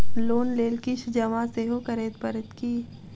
Loan लेल किछ जमा सेहो करै पड़त की?